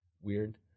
weird